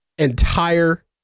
Entire